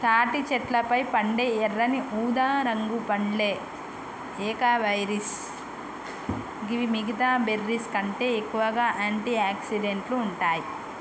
తాటి చెట్లపై పండే ఎర్రని ఊదారంగు పండ్లే ఏకైబెర్రీస్ గివి మిగితా బెర్రీస్కంటే ఎక్కువగా ఆంటి ఆక్సిడెంట్లు ఉంటాయి